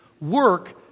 Work